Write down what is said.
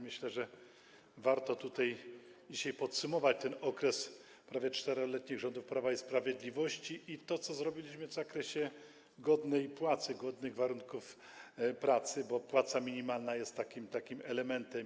Myślę, że warto tutaj dzisiaj podsumować ten prawie 4-letni okres rządów Prawa i Sprawiedliwości i to, co zrobiliśmy w zakresie godnej płacy, godnych warunków pracy, bo płaca minimalna jest tego elementem.